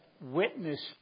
witness